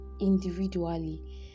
individually